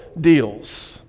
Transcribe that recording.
deals